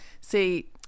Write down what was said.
See